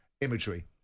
imagery